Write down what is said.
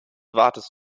wartest